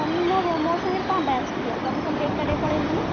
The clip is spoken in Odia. ତମେ ମୋ ମୋ ସାଙ୍ଗରେ କ'ଣ ପାଇଁ ଆସୁଥିଲ ତମେ ତମର ଏକାଟିଆ ପଳେଇଲନି